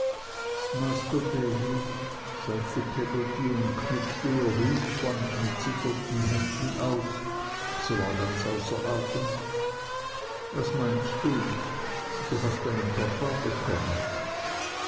master davy sagte peggotty und knüpfte ihr hutband mit zitternden händen auf sie war ganz außer atem was meinst du du hast einen papa bekommen